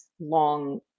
long